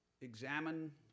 examine